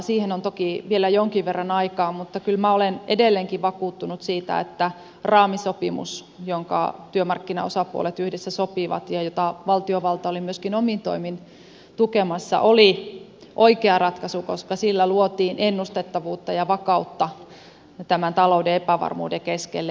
siihen on toki vielä jonkin verran aikaa mutta kyllä minä olen edelleenkin vakuuttunut siitä että raamisopimus jonka työmarkkinaosapuolet yhdessä sopivat ja jota valtiovalta oli myöskin omin toimin tukemassa oli oikea ratkaisu koska sillä luotiin ennustettavuutta ja vakautta tämän talouden epävarmuuden keskelle